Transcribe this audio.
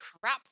Crap